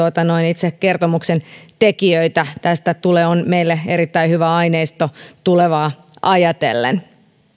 itse kertomuksen tekijöitä tästä tulee meille erittäin hyvä aineisto tulevaa ajatellen